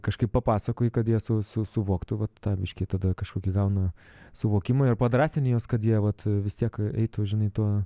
kažkaip papasakoji kad jie su su suvoktu vat tą biškį tada kažkokį gauna suvokimą ir padrąsini juos kad jie vat vis tiek eitų žinai tuo